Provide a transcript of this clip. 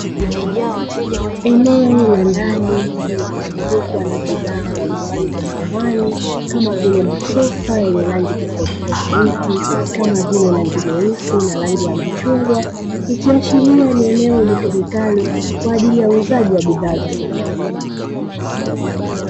Eneo la ndani lililozungukwa na bidhaa mbalimbali za samani kama vile masofa, yenye rangi tofauti tofauti kama vile rangi nyeusi na rangi ya machungwa, ikiashiria ni eneo litumikalo kwa ajili ya uuzaji wa bidhaa samani.